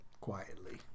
quietly